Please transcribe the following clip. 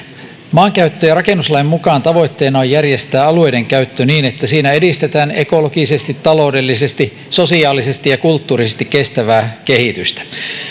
maankäyttö ja rakennuslain mukaan tavoitteena on järjestää alueidenkäyttö niin että siinä edistetään ekologisesti taloudellisesti sosiaalisesti ja kulttuurillisesti kestävää kehitystä